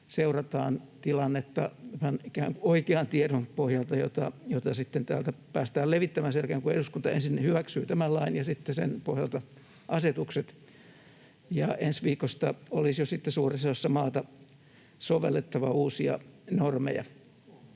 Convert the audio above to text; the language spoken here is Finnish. tämän ikään kuin oikean tiedon pohjalta, jota täältä päästään sitten levittämään sen jälkeen, kun eduskunta ensin hyväksyy tämän lain ja sitten sen pohjalta asetukset — ensi viikosta lähtien olisi jo sitten suuressa osassa maata sovellettava uusia normeja.